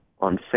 on